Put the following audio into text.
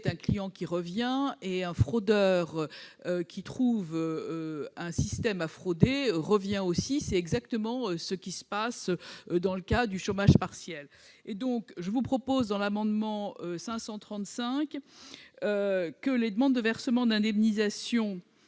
un client qui revient ; un fraudeur qui trouve un système à frauder y revient également : c'est exactement ce qui se passe dans le cas du chômage partiel. Je vous propose donc, par cet amendement, que les demandes de versement d'indemnisation